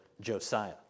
Josiah